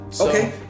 Okay